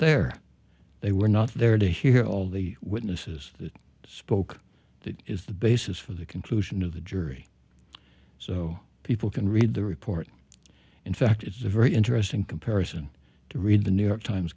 there they were not there to hear all the witnesses that spoke that is the basis for the conclusion of the jury so people can read the report in fact it's a very interesting comparison to read the new york times